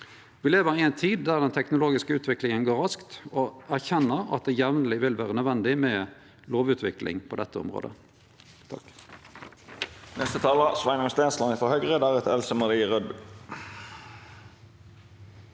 Me lever i ei tid då den teknologiske utviklinga går raskt, og erkjenner at det jamleg vil vere nødvendig med lovutvikling på dette området.